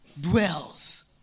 dwells